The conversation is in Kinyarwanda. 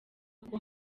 kuko